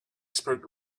expert